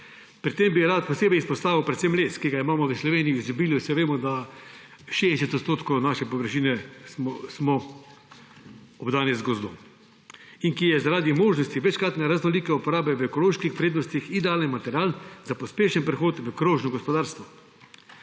Pri tem bi rad posebej izpostavil predvsem les, ki ga imamo v Sloveniji v izobilju, saj vemo, da 60 odstotkov naše površine obdaja gozd in ki je zaradi možnosti večkratne raznolike uporabe v ekoloških prednostih idealen material za pospešen prehod v krožno gospodarstvo.